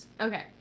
Okay